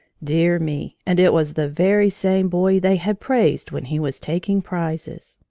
dear me and it was the very same boy they had praised when he was taking prizes!